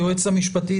היועץ המשפטי,